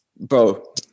bro